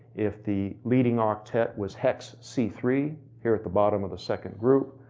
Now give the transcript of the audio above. if the leading octet was hex c three here at the bottom of the second group,